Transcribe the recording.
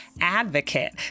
advocate